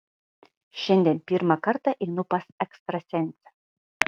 šiandien pirmą kartą einu pas ekstrasensę